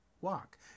walk